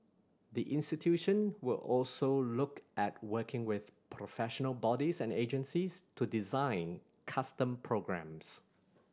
the institution will also look at working with professional bodies and agencies to design custom programmes